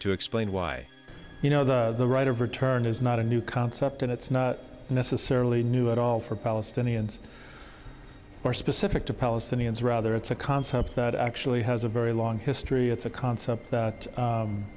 to explain why you know the right of return is not a new concept and it's not necessarily new at all for palestinians or specific to palestinians rather it's a concept that actually has a very long history it's a concept that